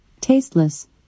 tasteless